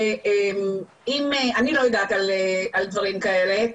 אני לא יודעת על דברים כאלה,